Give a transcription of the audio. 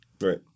Right